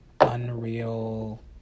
unreal